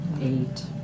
eight